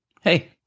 Hey